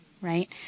right